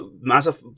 massive